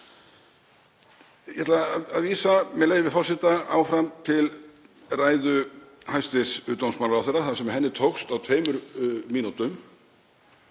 Ég ætla að vísa, með leyfi forseta, áfram til ræðu hæstv. dómsmálaráðherra þar sem henni tókst á tveimur mínútum